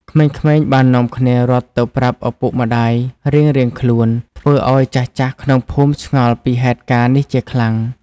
ក្មេងៗបាននាំគ្នារត់ទៅប្រាប់ឪពុកម្ដាយរៀងៗខ្លួន ធ្វើឲ្យចាស់ៗក្នុងភូមិឆ្ងល់ពីហេតុការណ៍នេះជាខ្លាំង។